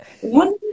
one